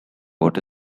what